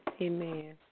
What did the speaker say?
Amen